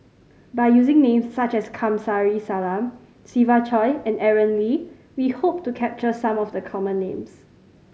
by using names such as Kamsari Salam Siva Choy and Aaron Lee we hope to capture some of the common names